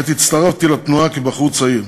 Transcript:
עת הצטרפתי לתנועה כבחור צעיר.